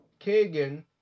Kagan